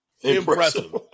Impressive